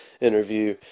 interview